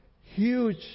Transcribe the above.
huge